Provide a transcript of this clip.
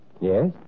Yes